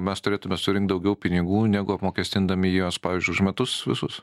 mes turėtume surinkt daugiau pinigų negu apmokestindami juos pavyzdžiui už metus visus